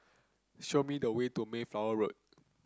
show me the way to Mayflower Road